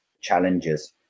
challenges